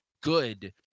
good